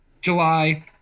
July